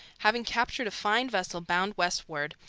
having captured a fine vessel bound westward,